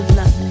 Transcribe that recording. love